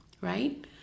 right